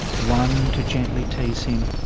one to gently tease him,